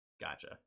gotcha